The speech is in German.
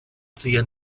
sehr